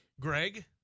Greg